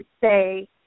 say